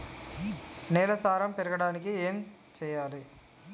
నేల సారం పెరగడానికి ఏం చేయాలి?